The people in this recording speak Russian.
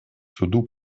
суду